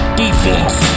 defense